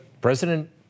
President